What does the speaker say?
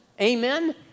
Amen